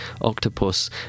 octopus